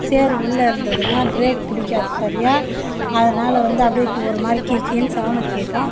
சேறு உள்ளே இருந்ததுனா பிரேக் பிடிக்காது சரியாக அதனால வந்து அப்படியே ஒருமாதிரி கீ கீனு சவுண்ட் கேட்கும்